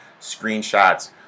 screenshots